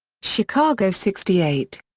chicago sixty eight.